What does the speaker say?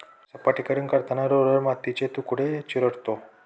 सपाटीकरण करताना रोलर मातीचे तुकडे चिरडतो